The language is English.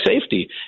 safety